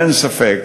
אין ספק